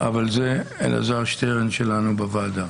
אבל זה אלעזר שטרן שלנו בוועדה.